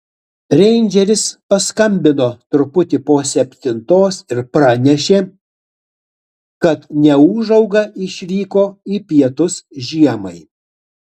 reindžeris paskambino truputį po septintos ir pranešė kad neūžauga išvyko į pietus žiemai